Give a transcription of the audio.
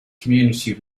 community